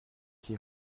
qui